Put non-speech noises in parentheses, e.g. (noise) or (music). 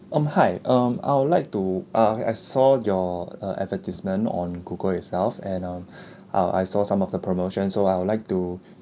um hi um I would like to uh I saw your uh advertisement on google itself and um (breath) uh I saw some of the promotion so I would like to